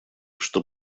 что